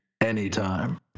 anytime